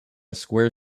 square